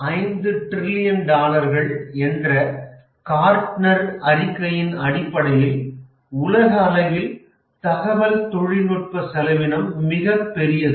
5 trillion டாலர்கள் என்ற Gartner அறிக்கையின் அடிப்படையில் உலகளவில் தகவல் தொழில்நுட்ப செலவினம் மிகப்பெரியது